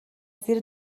زیر